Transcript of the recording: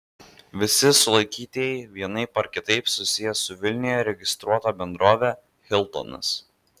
visi sulaikytieji vienaip ar kitaip susiję su vilniuje registruota bendrove hiltonas